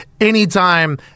anytime